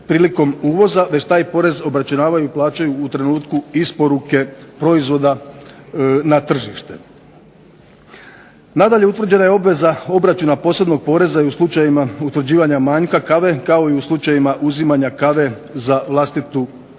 već taj porez obračunaju i plaćaju u trenutku isporuke proizvoda na tržište. Nadalje, utvrđena je obveza obračuna posebnog poreza i u slučajevima utvrđivanja manjka kave kao i u slučajevima uzimanja kave za vlastitu krajnju